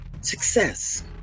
success